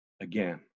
again